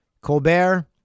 Colbert